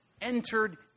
entered